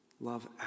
Love